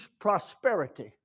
prosperity